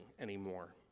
anymore